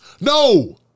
No